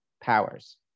powers